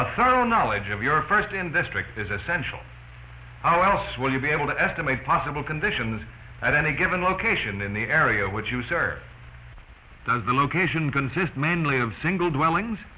a thorough knowledge of your first in this trick is essential how else will you be able to estimate possible conditions at any given location in the area what you assert does the location consist mainly of single dwellings